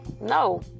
no